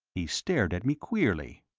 he stared at me queerly.